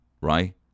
right